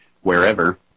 wherever